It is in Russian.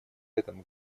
этом